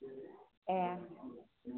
ए